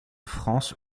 france